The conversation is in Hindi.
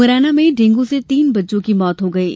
मुरैना में डेंगू से तीन बच्चों की मौत हो गई है